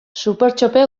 supertxope